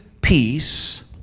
peace